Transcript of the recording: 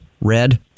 red